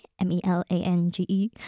M-E-L-A-N-G-E